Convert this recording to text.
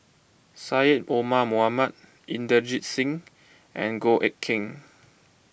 Syed Omar Mohamed Inderjit Singh and Goh Eck Kheng